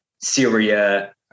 Syria